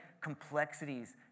complexities